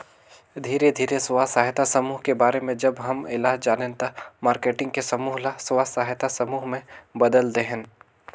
धीरे धीरे स्व सहायता समुह के बारे में जब हम ऐला जानेन त मारकेटिंग के समूह ल स्व सहायता समूह में बदेल देहेन